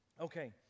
Okay